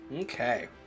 Okay